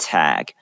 Tag